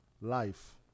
life